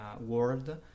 world